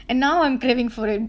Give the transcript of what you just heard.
and now I'm craving for it